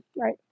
right